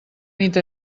nit